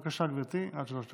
בבקשה, גברתי, עד שלוש דקות.